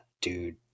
dude